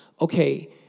okay